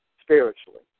spiritually